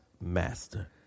Master